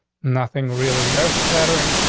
nothing really earth shattering.